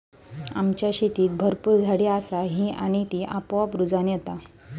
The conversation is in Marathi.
आमच्या शेतीत भरपूर झाडी असा ही आणि ती आपोआप रुजान येता